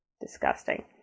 Disgusting